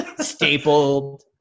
stapled –